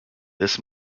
this